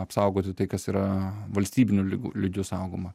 apsaugoti tai kas yra valstybinių lyg lygiu saugoma